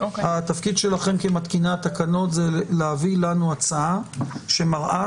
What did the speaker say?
התפקיד שלכם כמתקיני התקנות זה להביא לנו הצעה שמראה